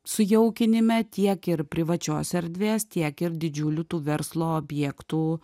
sujaukinime tiek ir privačios erdvės tiek ir didžiulių tų verslo objektų